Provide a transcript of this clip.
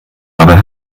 aber